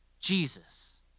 Jesus